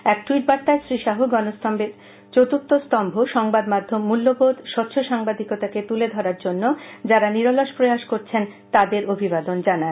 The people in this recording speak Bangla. এক টুইট বার্তায় শ্রীশাহ গণতন্তের চতুর্থ স্তুষ্গ সংবাদ মাধ্যম মূল্যবোধ স্বচ্ছ সাংবাদিকতাকে তুলে ধরার জন্য মারা নিরলস প্রয়াস করছেন তাদের অভিবাদন জানান